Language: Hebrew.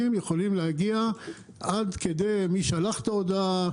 יש יכולת להגיע עד כדי מי שלח את ההודעה,